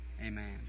amen